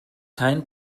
kein